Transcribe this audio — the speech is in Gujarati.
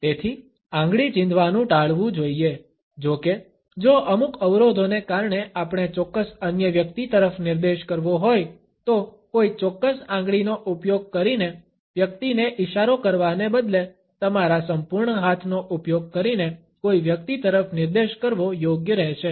તેથી આંગળી ચીંધવાનું ટાળવું જોઈએ જો કે જો અમુક અવરોધોને કારણે આપણે ચોક્કસ અન્ય વ્યક્તિ તરફ નિર્દેશ કરવો હોય તો કોઈ ચોક્કસ આંગળીનો ઉપયોગ કરીને વ્યક્તિને ઈશારો કરવાને બદલે તમારા સંપૂર્ણ હાથનો ઉપયોગ કરીને કોઈ વ્યક્તિ તરફ નિર્દેશ કરવો યોગ્ય રહેશે